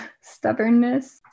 stubbornness